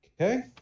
Okay